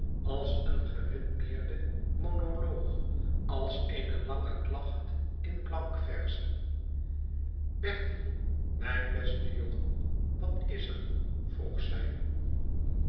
als een gerythmeerde monoloog als eene lange klacht in blankverzen bertie mijn beste jongen wat is er vroeg zij